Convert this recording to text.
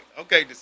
Okay